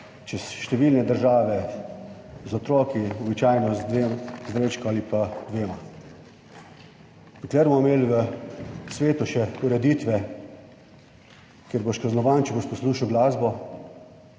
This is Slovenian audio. čez številne države z otroki, običajno z dvema vrečko ali pa dvema. Dokler bomo imeli v svetu še ureditve, kjer boš kaznovan, če boš poslušal glasbo,